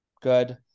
Good